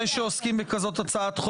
הדרך לפרסם היא מגוונת,